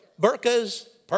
burkas